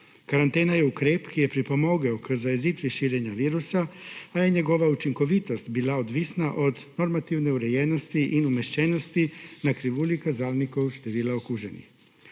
Karantena je ukrep, ki je pripomogel k zajezitvi širjenja virusa, a je njegova učinkovitost bila odvisna od normativne urejenosti in umeščenosti na krivulji kazalnikov števila okuženih.